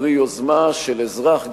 פרי יוזמה של אזרח,